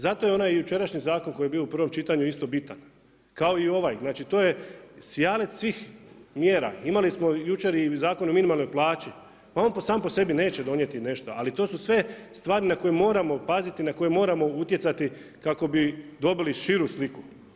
Zato je onaj jučerašnji zakon koji je bio u prvom čitanju isto bitan, kao i ovaj. znači To je sijalet svih mjera, imali smo jučer i Zakon o minimalnoj plaći, a on sam po sebi neće donijeti nešto, ali to su sve stvari na koje moramo paziti, na koje moramo utjecati kako bi dobili širu sliku.